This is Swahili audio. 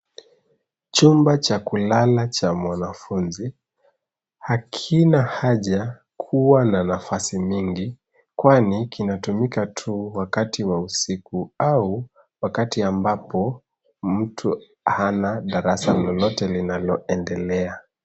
Chumba cha kulala cha mwanafunzi hakina haja kuwa na nafasi mingi, kwani inatumika tu wakati wa usiku au wakati ambapo mtu hana darasa lolote linaloendelea.